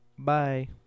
Bye